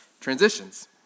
transitions